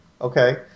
okay